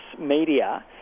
media